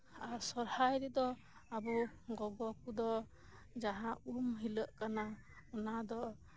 ᱟᱨ ᱥᱚᱦᱨᱟᱭ ᱨᱮᱫᱚ ᱟᱵᱚ ᱜᱚᱜᱚ ᱠᱚᱫᱚ ᱡᱟᱦᱟᱸ ᱩᱢ ᱦᱤᱞᱳᱜ ᱠᱟᱱᱟ ᱚᱱᱟ ᱫᱚ